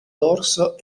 dorso